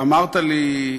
ואמרת לי,